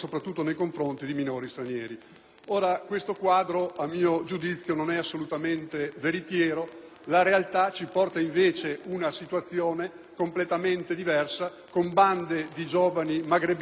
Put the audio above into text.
Questo quadro, a mio giudizio, non è assolutamente veritiero; la realtà ci porta invece una situazione completamente diversa, con bande di giovani magrebini, di giovani albanesi,